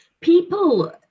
people